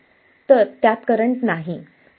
तर त्यात करंट नाही